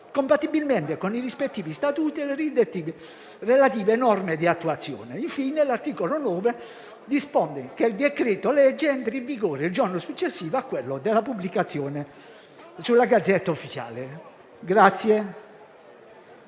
compatibilmente con i rispettivi statuti e le relative norme di attuazione. Infine, l'articolo 9 dispone che il decreto-legge in esame entra in vigore il giorno successivo a quello della pubblicazione sulla *Gazzetta Ufficiale*.